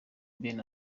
ben